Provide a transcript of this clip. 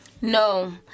No